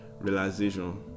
realization